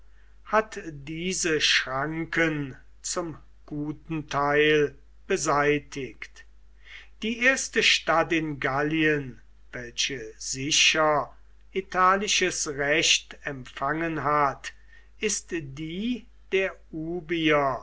hat diese schranken zum guten teil beseitigt die erste stadt in gallien welche sicher italisches recht empfangen hat ist die der ubier